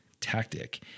tactic